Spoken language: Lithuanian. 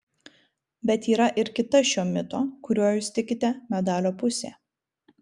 bet yra ir kita šio mito kuriuo jūs tikite medalio pusė